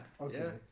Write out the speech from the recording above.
Okay